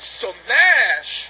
smash